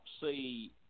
see